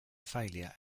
failure